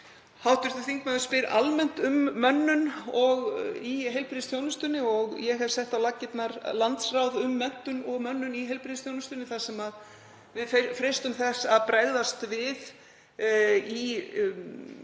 Hv. þingmaður spyr almennt um mönnun í heilbrigðisþjónustunni og ég hef sett á laggirnar landsráð um menntun og mönnun í heilbrigðisþjónustunni þar sem við freistum þess að bregðast við í